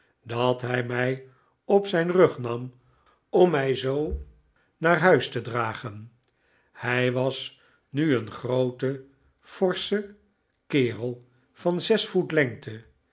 bevorderd dat hij mij op zijn rug ham om mij zoo naar huis te dragen hij was nu een groote forsche kerel van zes voet lengte